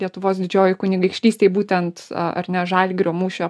lietuvos didžiojoj kunigaikštystėj būtent ar ne žalgirio mūšio